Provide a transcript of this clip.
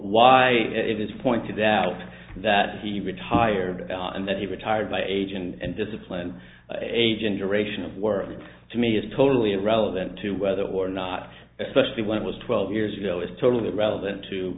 why it is pointed out that he retired and that he retired by age and disciplined a generation of words to me is totally irrelevant to whether or not especially when i was twelve years ago is totally irrelevant to